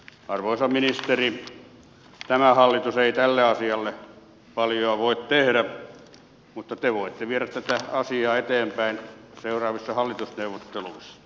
arvoisa ministeri tämä hallitus ei tälle asialle paljoa voi tehdä mutta te voitte viedä tätä asiaa eteenpäin seuraavissa hallitusneuvotteluissa